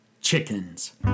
chickens